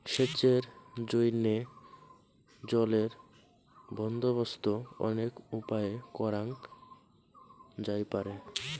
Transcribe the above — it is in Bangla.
সেচের জইন্যে জলের বন্দোবস্ত অনেক উপায়ে করাং যাইপারে